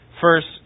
First